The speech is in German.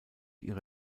ihre